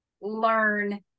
learn